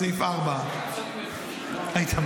מסעיף 4. עאידה,